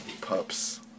pups